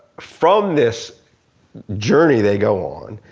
from this journey they go on,